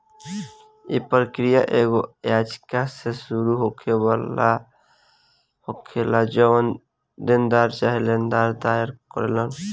इ प्रक्रिया एगो याचिका से शुरू होखेला जवन देनदार चाहे लेनदार दायर करेलन